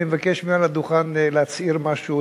אני מבקש מעל הדוכן להצהיר משהו,